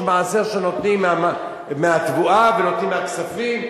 יש מעשר שנותנים מהתבואה ונותנים מהכספים,